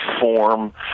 form